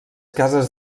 cases